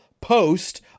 post